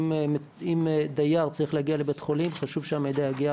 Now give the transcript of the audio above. אם דייר צריך להגיע לבית חולים, חשוב שהמידע יגיע